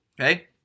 okay